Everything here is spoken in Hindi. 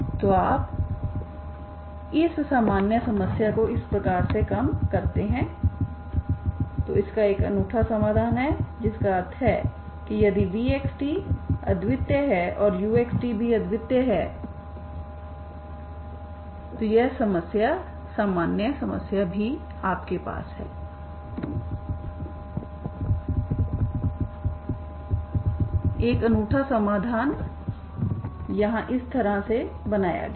तो आप इस सामान्य समस्या को इस प्रकार में कम करते हैं और इसका एक अनूठा समाधान है जिसका अर्थ है कि यदि vxt अद्वितीय है uxt भी अद्वितीय हैतो यह समस्या सामान्य समस्या भी आपके पास है एक अनूठा समाधान यहाँ इस तरह से बनाया गया है